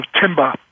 timber